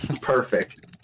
perfect